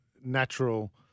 natural